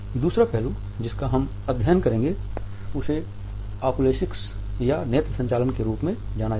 दूसरा पहलू जिसका हम अध्ययन करेंगे उसे ओकुलेसिक्स या नेत्र संचालन के के रूप में जाना जाता है